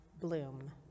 bloom